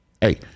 Hey